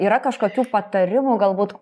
yra kažkokių patarimų galbūt